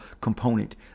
component